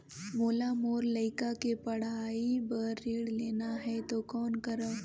मोला मोर लइका के पढ़ाई बर ऋण लेना है तो कौन करव?